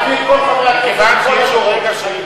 להביא את כל חברי הכנסת מכל הדורות,